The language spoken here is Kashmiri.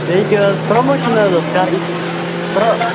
بیٚیہِ کیٛاہ حظ پرٛموشَن حظ ٲسۍ کَرٕنۍ پرَ